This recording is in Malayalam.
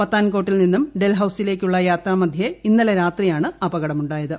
പത്താൻകോട്ടിൽ നിന്നും ഡൽഹൌസിലേക്കുള്ള യാത്രാമധ്യേ ഇന്നലെ രാത്രിയാണ് അപകടമുണ്ടായത്